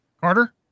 Carter